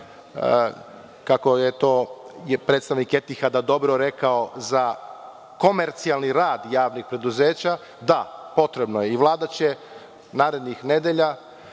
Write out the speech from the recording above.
kako je to predstavnik „Etihada“ dobro rekao, za komercijalni rad javnih preduzeća – da, potrebno je. Vlada će narednih nedelja,